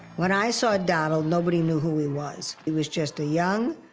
when i saw donald, nobody knew who he was. he was just a young,